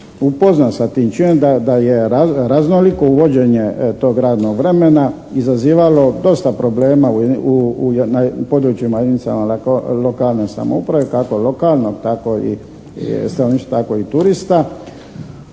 se ne razumije./ … da je raznoliko uvođenje tog radnog vremena izazivalo dosta problema u područjima, jedinicama lokalne samouprave kako lokalnog tako i stanovništva, tako i turista